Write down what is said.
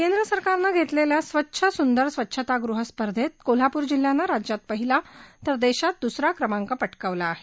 केंद्र सरकारनं घेतलेल्या स्वच्छ सुंदर स्वच्छतागृह स्पर्धेत कोल्हापूर जिल्ह्यानं राज्यात पहिला तर देशात दुसरा क्रमांक पटकावला आहे